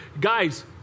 Guys